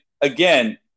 again